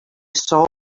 saw